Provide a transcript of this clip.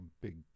big